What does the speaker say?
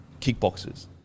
kickboxers